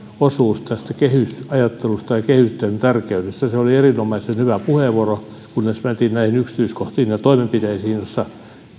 osuus tästä kehysajattelusta ja kehysten tärkeydestä se oli erinomaisen hyvä puheenvuoro kunnes mentiin näihin yksityiskohtiin ja toimenpiteisiin joissa